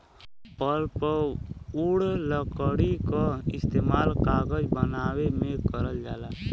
pulpwood लकड़ी क इस्तेमाल कागज बनावे में करल जाला